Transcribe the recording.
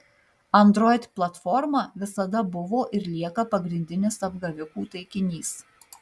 android platforma visada buvo ir lieka pagrindinis apgavikų taikinys